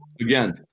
again